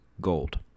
gold